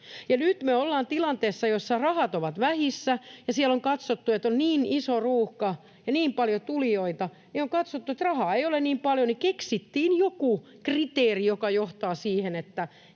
kun me ollaan tilanteessa, jossa rahat ovat vähissä ja siellä on katsottu, että on niin iso ruuhka ja niin paljon tulijoita, että rahaa ei ole niin paljon, niin keksittiin joku kriteeri, joka johtaa siihen, että